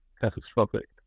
catastrophic